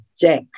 Jack